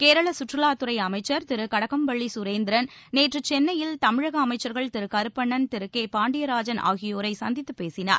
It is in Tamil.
கேரள சுற்றுலாத்துறை அமைச்சர் திரு கடக்கம்பள்ளி சுரேந்திரன் நேற்று சென்னையில் தமிழக அமைச்சர்கள் திரு கருப்பண்ணன் திரு கே பாண்டியராஜன் ஆகியோரை சந்தித்துப் பேசினார்